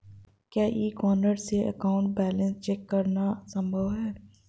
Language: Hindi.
क्या ई कॉर्नर से अकाउंट बैलेंस चेक करना संभव है?